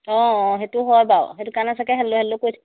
অঁ সেইটো হয় বাৰু সেইটো কাৰণে চাগে হেল্ল' হেল্ল' কৈ